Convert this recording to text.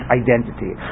identity